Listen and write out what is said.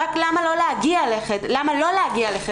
רק למה לא להגיע לחדר אקוטי.